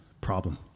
problem